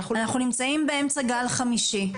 אנחנו נמצאים באמצע גל חמישי,